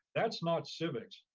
that's not civics.